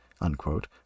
unquote